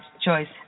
choice